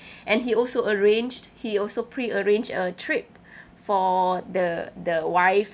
and he also arranged he also prearranged a trip for the the wife